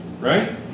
right